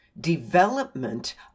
development